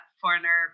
foreigner